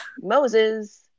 Moses